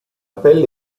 pelle